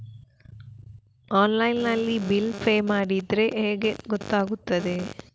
Online ನಲ್ಲಿ bill pay ಮಾಡಿದ್ರೆ ಹೇಗೆ ಗೊತ್ತಾಗುತ್ತದೆ?